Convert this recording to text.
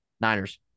Niners